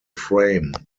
frame